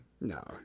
No